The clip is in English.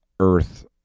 Earth